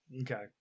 Okay